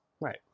Right